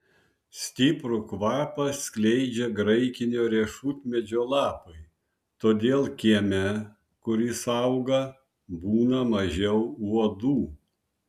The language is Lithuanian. stiprų kvapą skleidžia graikinio riešutmedžio lapai todėl kieme kur jis auga būna mažiau uodų